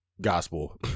Gospel